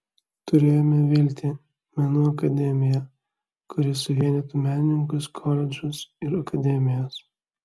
turėjome viltį menų akademiją kuri suvienytų menininkus koledžus ir akademijas